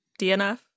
DNF